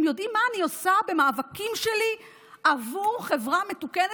הם יודעים מה אני עושה במאבקים שלי עבור חברה מתוקנת,